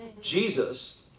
jesus